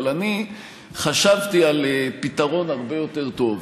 אבל אני חשבתי על פתרון הרבה יותר טוב.